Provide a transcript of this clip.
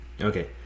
Okay